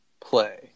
play